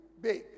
big